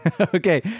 Okay